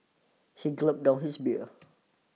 he gulped down his beer